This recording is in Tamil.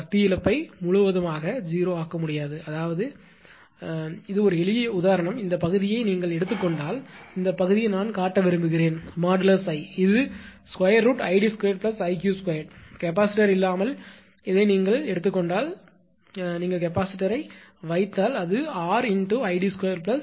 சக்தி இழப்பை முழுவதுமாக 0 ஆக்க முடியாது அதாவது ஒரு எளிய உதாரணம் இந்த பகுதியை நீங்கள் எடுத்துக் கொண்டால் இந்தப் பகுதி நான் காட்ட விரும்புகிறேன் |𝐼| இது √ 𝐼𝑑2 𝐼𝑞2 கெபாசிட்டார் இல்லாமல் இதை நீங்கள் எடுத்துக் கொண்டால் நீங்கள் கெபாசிட்டரை வைத்தால் அது 𝑅𝐼𝑑 2 𝐼𝑞 − 𝐼𝑐 2